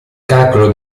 calcolo